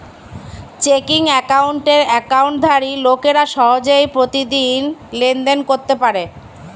checking অ্যাকাউন্টের অ্যাকাউন্টধারী লোকেরা সহজে প্রতিদিন লেনদেন করতে পারে